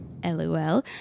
LOL